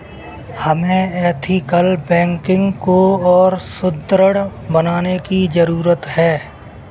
हमें ethical banking को और सुदृढ़ बनाने की जरूरत है